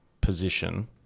position